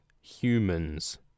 humans